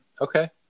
Okay